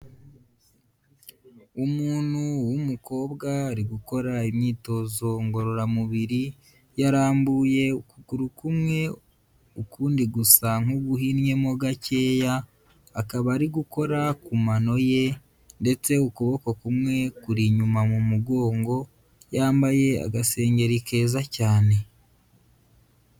Umuntu w'umukobwa ari gukora imyitozo ngororamubiri, yarambuye ukuguru kumwe ukundi gusa nk'uguhinnyemo gakeya, akaba ari gukora ku mano ye ndetse ukuboko kumwe kuri inyuma mu mugongo, yambaye agasengeri keza cyane.